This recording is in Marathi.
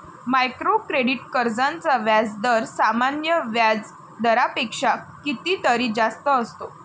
मायक्रो क्रेडिट कर्जांचा व्याजदर सामान्य व्याज दरापेक्षा कितीतरी जास्त असतो